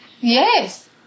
Yes